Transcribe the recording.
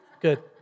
good